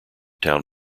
town